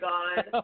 God